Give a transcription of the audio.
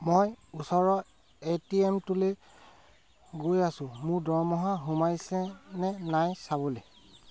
মই ওচৰৰ A T এমটোলৈ গৈ আছোঁ মোৰ দৰমহা সোমাইছে নে নাই চাবলৈ